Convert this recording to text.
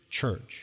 church